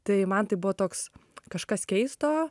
tai man tai buvo toks kažkas keisto